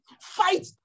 fight